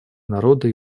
народа